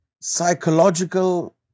psychological